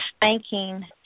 thanking